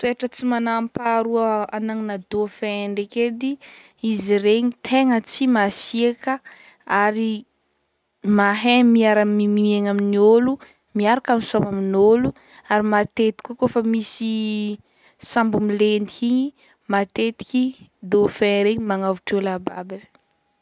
Toetra tsy manampaharoa anagnan'ny dauphin ndreky edy izy regny tegna tsy masiaka ary mahay miarami- miaigna amin'gny ôlo, miaraky misôma amin'ôlo ary matetiky kô fa misy sambo milentiky igny matetiky dauphin regny magnavotra olo abiaby.